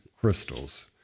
crystals